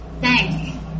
thank